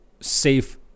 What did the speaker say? safe